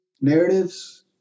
narratives